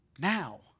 now